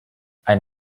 ein